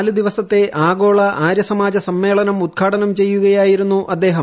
നാല് ദിവസത്തെ ആഗോള ആര്യസമാജ സമ്മേളനം ഉദ്ഘാടനം ചെയ്യുകയായിരുന്നു അദ്ദേഹം